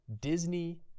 Disney